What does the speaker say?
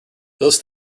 those